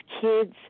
Kids